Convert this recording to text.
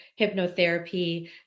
hypnotherapy